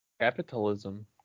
Capitalism